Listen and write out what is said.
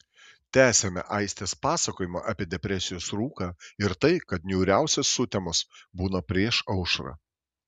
tęsiame aistės pasakojimą apie depresijos rūką ir tai kad niūriausios sutemos būna prieš aušrą